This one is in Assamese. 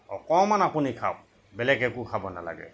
অকমান আপুনি খাওক বেলেগ একো খাব নালাগে